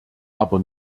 aber